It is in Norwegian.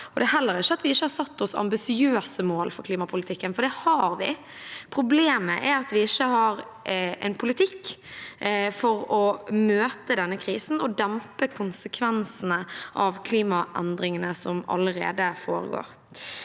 det er heller ikke at vi ikke har satt oss ambisiøse mål for klimapolitikken, for det har vi. Problemet er at vi ikke har en politikk for å møte denne krisen og dempe konsekvensene av klima endringene som allerede foregår.